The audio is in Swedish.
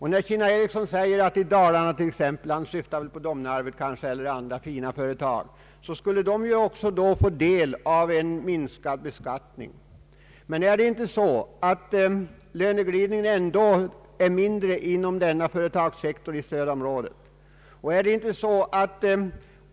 Herr Ericsson i Kinna talar om framgångsrika företag i Dalarna, han menar kanske Domnarvet eller andra stora företag och kan inte tänka sig att dessa också skulle få del av en minskad beskattning. Men är det inte så att löneglidningen ändå är lägre inom den företagssektor som finns i stödområdet? Där är ju ändå arbetskrafttillgången större än hos företagen söderut.